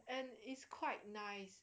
and it's quite nice